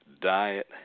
Diet